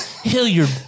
Hilliard